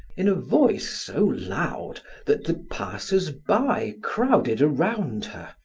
in a voice so loud that the passers-by crowded around her,